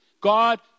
God